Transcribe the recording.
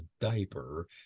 diaper